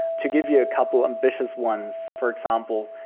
to give you a couple ambitious ones, for example,